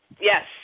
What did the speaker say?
Yes